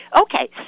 Okay